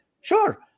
sure